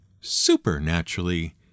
supernaturally